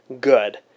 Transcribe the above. good